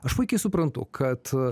aš puikiai suprantu kad